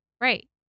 Right